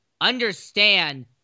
understand